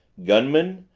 gunmen,